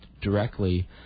directly